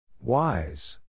Wise